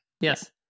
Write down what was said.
Yes